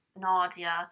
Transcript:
Nadia